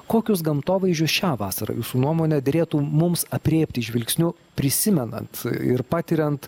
kokius gamtovaizdžius šią vasarą jūsų nuomone derėtų mums aprėpti žvilgsniu prisimenant ir patiriant